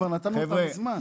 כבר נתנו אותם מזמן.